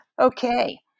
Okay